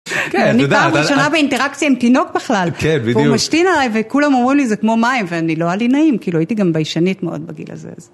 כן, אני פעם ראשונה באינטראקציה עם תינוק בכלל. כן, בדיוק. והוא משתין עליי, וכולם אומרו לי זה כמו מים, ואני, לא היה לי נעים, כאילו הייתי גם ביישנית מאוד בגיל הזה.